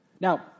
Now